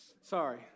Sorry